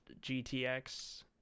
gtx